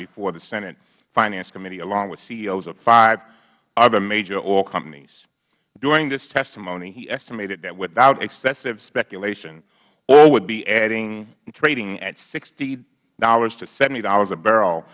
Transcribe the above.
before the senate finance committee along with ceos of five other major oil companies during his testimony he estimated that without excessive speculation oil would be adding trading at sixty dollars to seventy dollars a barrel